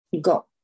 got